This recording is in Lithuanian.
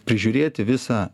prižiūrėti visą